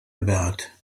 about